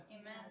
Amen